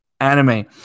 anime